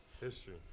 History